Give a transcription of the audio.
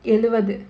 எழுவது:eluvathu